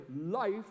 life